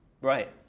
Right